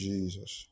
Jesus